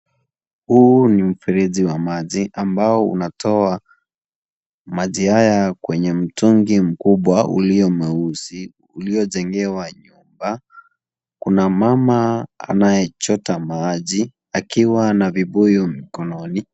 Huu ni mfereji wa maji, ambao unatoka maji haya kwenye mtungi mkubwa uliomauzi, uliojengewa nyumba. Kuna mama anayechota maji akiwa na vibuyu mikononi.